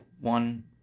One